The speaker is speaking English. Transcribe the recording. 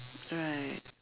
right